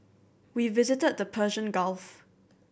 we visited the Persian Gulf